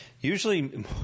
Usually